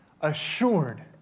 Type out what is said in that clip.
assured